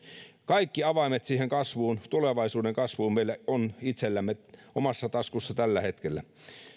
kaikki avaimet siihen kasvuun tulevaisuuden kasvuun meillä on itsellämme omassa taskussamme tällä hetkellä